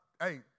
hey